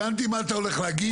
הבנתי מה אתה הולך להגיד.